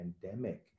pandemic